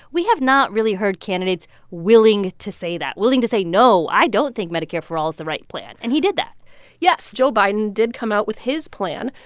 we have not really heard candidates willing to say that willing to say, no, i don't think medicare for all is the right plan and he did that yes. joe biden did come out with his plan,